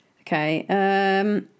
Okay